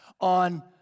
on